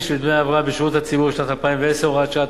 של דמי הבראה בשירות הציבורי בשנת 2010 (הוראת שעה),